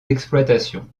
d’exploitation